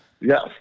Yes